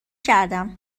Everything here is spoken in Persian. کردم